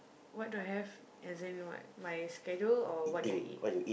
what do I have as in what my schedule or what do I eat